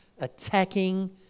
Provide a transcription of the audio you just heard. attacking